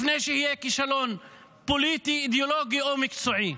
לפני שיהיה כישלון פוליטי, אידיאולוגי או מקצועי.